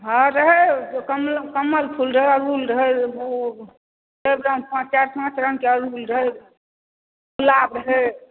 हँ रहय कमल फूल रहै अरहुल फूल रहै चारि चारि पाँच रंगकें अरहुल रहै गुलाब रहै